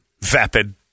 vapid